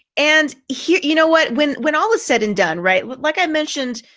and here, you know, what, when when all was said and done, right? like i mentioned,